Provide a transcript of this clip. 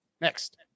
next